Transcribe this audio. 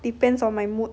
depends on my mood